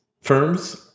firms